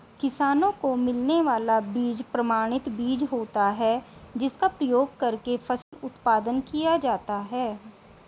किसानों को मिलने वाला बीज प्रमाणित बीज होता है जिसका प्रयोग करके फसल उत्पादन किया जाता है